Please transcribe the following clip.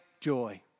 joy